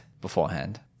beforehand